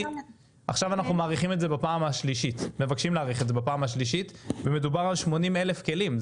עכשיו אנחנו מבקשים להאריך את זה בפעם השלישית ומדובר על 80,000 כלים.